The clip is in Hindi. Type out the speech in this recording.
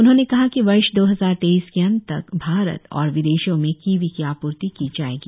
उन्होंने कहा कि वर्ष दो हजार तेईस के अंत तक भारत और विदेशों में किवी की आपूर्ति की जाएगी